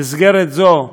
במסגרת זו,